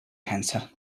cancer